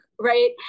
right